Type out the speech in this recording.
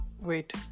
wait